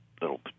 little